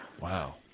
Wow